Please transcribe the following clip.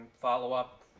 follow-up